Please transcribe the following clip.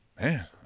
man